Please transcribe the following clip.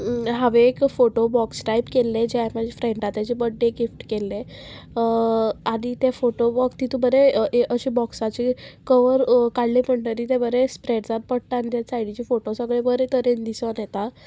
हांवें एक photo box type केल्लें जें हांवें म्हाज्या फ्रेंडा तेज्या बड्डेक गिफ्ट केल्लें आनी तें फोटो बॉक्स तितूं बरें अशें बॉक्साचें कवर काडलें म्हणटरी तें बरें स्प्रेड जावन पडटा आनी ते सायडीचे फोटू सगले बरे तरेन दिसोन येता